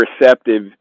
receptive